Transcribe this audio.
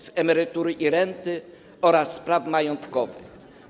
z emerytury i renty oraz z praw majątkowych.